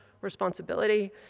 responsibility